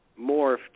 morphed